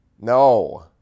No